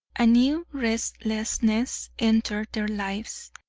a new restlessness entered their lives,